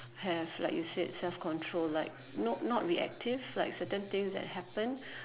have like you said self control like not not reactive like certain things that happen